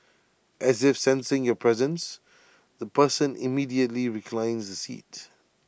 as if sensing your presence the person immediately reclines the seat